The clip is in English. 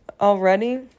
already